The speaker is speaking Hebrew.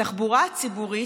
התחבורה הציבורית,